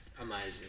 amazing